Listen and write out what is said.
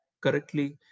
correctly